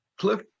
Cliff